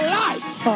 life